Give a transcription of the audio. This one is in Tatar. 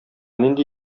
нинди